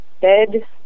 Bed